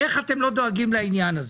איך אתם לא דואגים לעניין הזה?